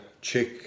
check